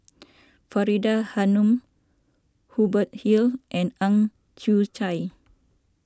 Faridah Hanum Hubert Hill and Ang Chwee Chai